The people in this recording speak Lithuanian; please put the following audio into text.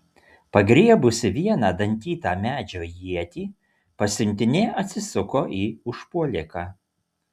pagriebusi vieną dantytą medžio ietį pasiuntinė atsisuko į užpuoliką